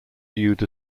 viewed